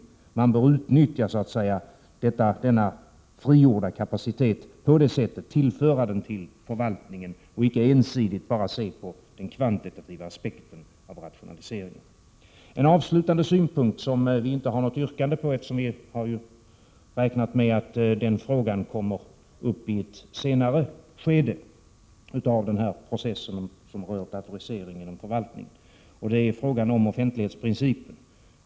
Man bör utnyttja denna frigjorda kapacitet på det sättet, tillföra förvaltningen den, och inte bara se på den kvantitativa aspekten av rationaliseringar. Jag vill framföra en avslutande synpunkt på ett avsnitt där vi inte lägger fram något yrkande, eftersom vi har räknat med att den frågan kommer uppi ett senare skede i den process som gäller datoriseringen av förvaltningen. Jag avser frågan om offentlighetsprincipen.